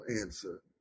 answer